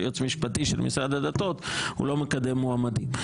שהיועץ המשפטי של משרד הדתות לא מקדם מועמדים.